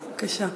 בבקשה.